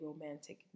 romantic